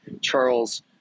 Charles